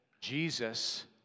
Jesus